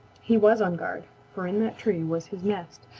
he was on guard, for in that tree was his nest,